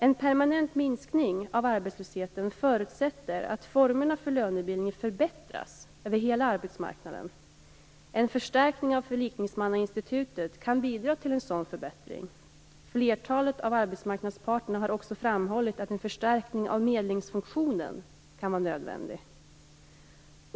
En permanent minskning av arbetslösheten förutsätter att formerna för lönebildningen förbättras över hela arbetsmarknaden. En förstärkning av förlikningsmannainstitutet kan bidra till en sådan förbättring. Flertalet av arbetsmarknadens parter har också framhållit att en förstärkning av medlingsfunktionen kan vara nödvändig.